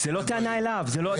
זו לא טענה אליו.